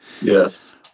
Yes